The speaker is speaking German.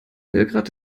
belgrad